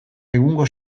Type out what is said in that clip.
egungo